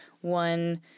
one